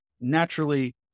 naturally